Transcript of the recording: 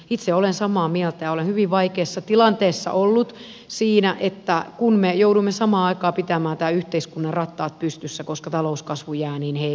itse olen samaa mieltä ja olen hyvin vaikeassa tilanteessa ollut kun me joudumme samaan aikaan pitämään tämän yhteiskunnan rattaat pystyssä koska talouskasvu jää niin heikoksi